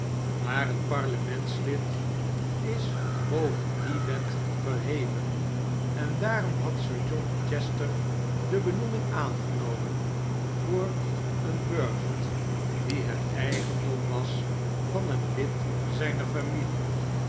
maar een parlementslid is boven die wetverheven en daarom had sir john chester de benoeming aangenomen voor een burcht die het eigendom was van een lid zijner familie